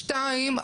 שתיים,